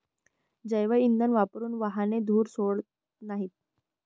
जैवइंधन वापरून वाहने धूर सोडत नाहीत